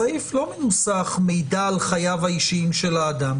הסעיף לא מנוסח "מידע על חייו האישיים של האדם",